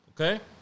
Okay